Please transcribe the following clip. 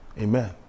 Amen